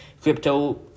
crypto